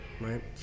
right